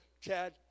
Chad